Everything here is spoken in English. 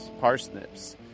parsnips